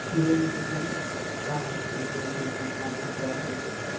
म्हणटकच हांवें चितलें वाचलें एक दोन पेजी पांच पेजी वाचल्यो